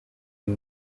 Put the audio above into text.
uyu